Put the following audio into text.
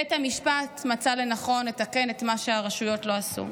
ובית המשפט מצא לנכון לתקן את מה שהרשויות לא עשו.